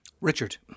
Richard